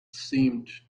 seemed